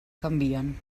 canvien